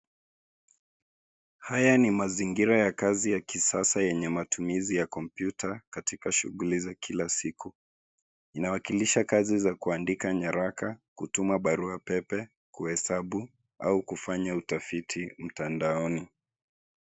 Haya ni mazingira ya kazi ya kisasa yenye matumizi ya kompyuta katika shughuli za kila siku. Inawakilisha kazi za kuandika nyaraka, kutuma barua pepe, kuhesabu au kufanya utafiti mtandaoni.